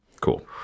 Cool